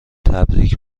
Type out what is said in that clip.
تبریک